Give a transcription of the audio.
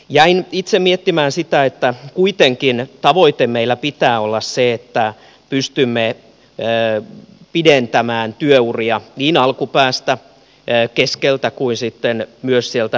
jäin itse miettimään sitä että kuitenkin tavoitteen meillä pitää olla se että pystymme pidentämään työuria niin alkupäästä keskeltä kuin sitten myös lopusta